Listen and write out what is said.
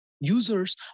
Users